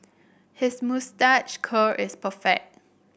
his moustache curl is perfect